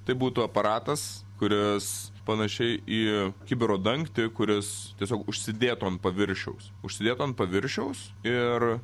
tai būtų aparatas kuris panašiai į kibiro dangtį kuris tiesiog užsidėtų ant paviršiaus užsidėtų ant paviršiaus ir